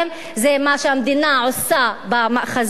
זה מה שהמדינה עושה במאחזים,